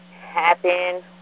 happen